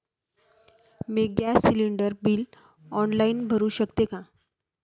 मी gas cylinder bill online भरु शकते का?